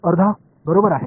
अर्धा बरोबर आहे